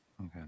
Okay